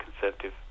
Conservative